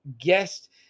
guest